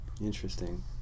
interesting